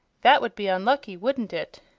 that would be unlucky, wouldn't it?